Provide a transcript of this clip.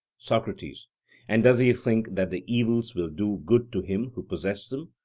socrates and does he think that the evils will do good to him who possesses them,